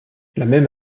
même